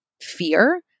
fear